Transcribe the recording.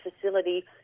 facility